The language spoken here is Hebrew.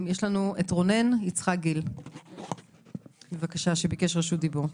רונן יצחק גיל שביקש רשות דיבור.